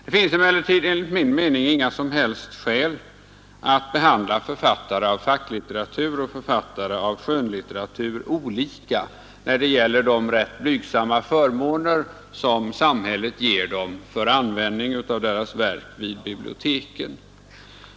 Det föreligger emellertid enligt min mening inga som helst skäl att behandla författare av facklitteratur och författare av skönlitteratur olika när det gäller de rätt blygsamma förmåner som samhället ger dem för användning av deras verk vid biblioteken.